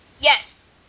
Yes